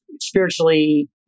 spiritually